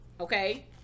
okay